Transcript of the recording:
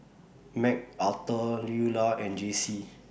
Mcarthur Luella and Jacey